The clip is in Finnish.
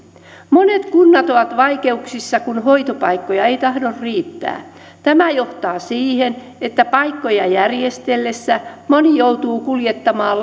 monet kunnat ovat vaikeuksissa kun hoitopaikkoja ei tahdo riittää tämä johtaa siihen että paikkoja järjestellessä moni joutuu kuljettamaan